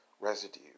residue